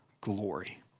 glory